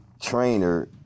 trainer